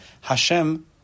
Hashem